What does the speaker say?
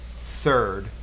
third